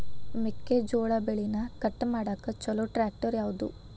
ಮೆಕ್ಕೆ ಜೋಳ ಬೆಳಿನ ಕಟ್ ಮಾಡಾಕ್ ಛಲೋ ಟ್ರ್ಯಾಕ್ಟರ್ ಯಾವ್ದು?